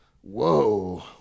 whoa